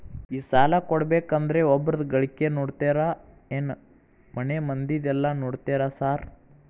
ಈ ಸಾಲ ಕೊಡ್ಬೇಕಂದ್ರೆ ಒಬ್ರದ ಗಳಿಕೆ ನೋಡ್ತೇರಾ ಏನ್ ಮನೆ ಮಂದಿದೆಲ್ಲ ನೋಡ್ತೇರಾ ಸಾರ್?